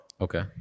okay